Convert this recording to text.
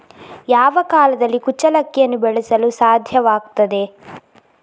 ಯಾವ ಕಾಲದಲ್ಲಿ ಕುಚ್ಚಲಕ್ಕಿಯನ್ನು ಬೆಳೆಸಲು ಸಾಧ್ಯವಾಗ್ತದೆ?